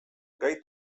gai